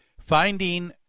finding